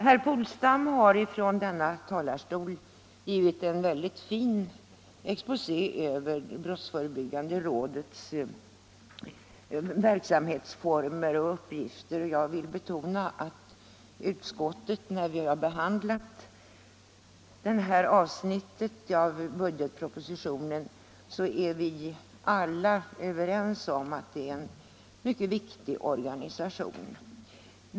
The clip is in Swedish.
Herr Polstam har från denna talarstol givit en väldigt fin exposé över brottsförebyggande rådets verksamhetsformer och uppgifter och jag vill betona att då utskottet behandlade det här avsnittet i budgetpropositionen alla var överens om att det är en mycket viktig organisation.